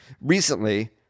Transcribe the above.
recently